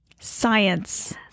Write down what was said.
Science